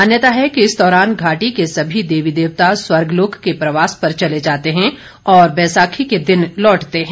मान्यता है कि इस दौरान घाटी के सभी देवी देवता स्वर्गलोक के प्रवास पर चले जाते हैं और बैसाखी के दिन लौटते हैं